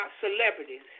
celebrities